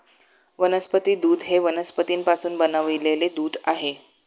वनस्पती दूध हे वनस्पतींपासून बनविलेले दूध आहे